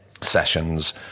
sessions